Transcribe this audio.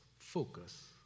Focus